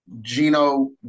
Gino